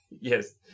Yes